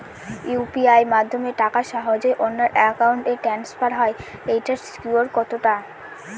UPI মাধ্যমে টাকা সহজেই অন্যের অ্যাকাউন্ট ই ট্রান্সফার হয় এইটার সিকিউর কত টা?